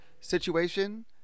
situation